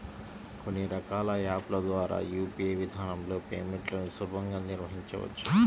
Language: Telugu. కొన్ని రకాల యాప్ ల ద్వారా యూ.పీ.ఐ విధానంలో పేమెంట్లను సులభంగా నిర్వహించవచ్చు